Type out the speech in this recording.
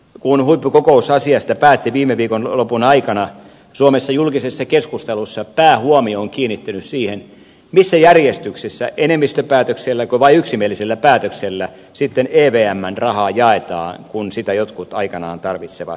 kun huippukokous asiasta päätti viime viikonlopun aikana suomessa julkisessa keskustelussa päähuomio on kiinnittynyt siihen missä järjestyksessä enemmistöpäätökselläkö vai yksimielisellä päätöksellä evmn rahaa jaetaan kun sitä jotkut aikanaan tarvitsevat